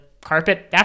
carpet